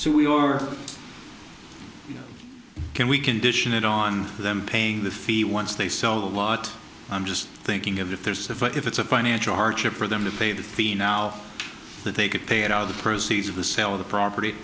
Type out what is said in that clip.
so we are can we condition it on them paying the fee once they sell a lot i'm just thinking of if there's a fire if it's a financial hardship for them to pay the fee now that they could pay it out of the proceeds of the sale of the property